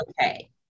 okay